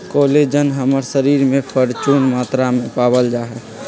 collagen हमर शरीर में परचून मात्रा में पावल जा हई